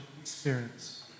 experience